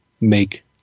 make